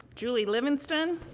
julie livingston.